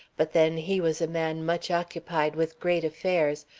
but then he was a man much occupied with great affairs,